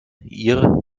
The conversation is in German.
ihr